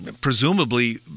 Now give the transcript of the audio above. presumably